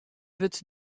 wurdt